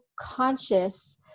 conscious